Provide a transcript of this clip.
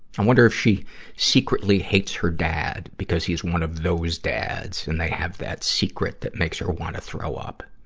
um wonder if she secretly hates her dad, because he's one of those dads, and they have that secret that makes her wanna throw up.